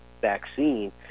vaccine